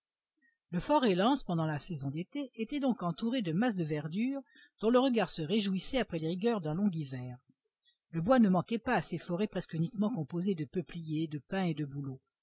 le fort reliance pendant la saison d'été était donc entouré de masses de verdure dont le regard se réjouissait après les rigueurs d'un long hiver le bois ne manquait pas à ces forêts presque uniquement composées de peupliers de pins et de bouleaux